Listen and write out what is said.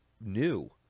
new